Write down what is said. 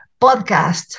podcast